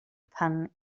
pan